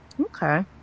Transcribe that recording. Okay